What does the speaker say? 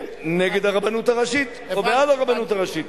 כן, נגד הרבנות הראשית או בעד הרבנות הראשית.